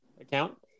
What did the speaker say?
account